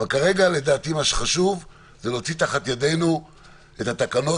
אבל כרגע לדעתי מה שחשוב זה להוציא תחת ידינו את התקנות,